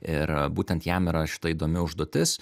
ir būtent jam yra šita įdomi užduotis